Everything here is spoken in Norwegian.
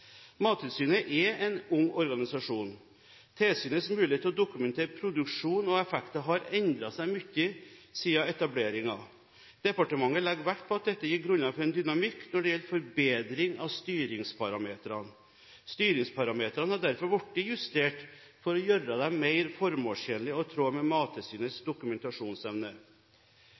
Mattilsynet er en ung organisasjon. Tilsynets mulighet til å dokumentere produksjon og effekter har endret seg mye siden etableringen. Departementet legger vekt på at dette gir grunnlag for en dynamikk når det gjelder forbedring av styringsparametrene. Styringsparametrene har derfor blitt justert for å gjøre dem mer formålstjenlige og i tråd med Mattilsynets dokumentasjonsevne.